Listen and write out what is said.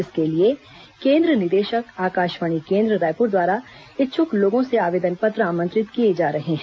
इसके लिए केन्द्र निदेशक आकाशवाणी केन्द्र रायपुर द्वारा इच्छुक लोंगों से आवेदन पत्र आमंत्रित किए जा रहे हैं